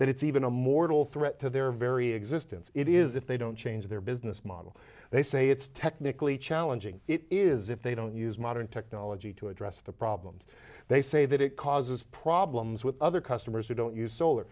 that it's even a mortal threat to their very existence it is if they don't change their business model they say it's technically challenging it is if they don't use modern technology to address the problems they say that it causes problems with other customers who don't use solar